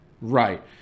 Right